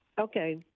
Okay